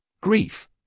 grief